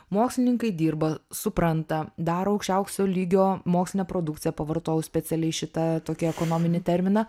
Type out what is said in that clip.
mokslininkai dirba supranta daro aukščiausio lygio mokslinę produkciją pavartojau specialiai šitą tokį ekonominį terminą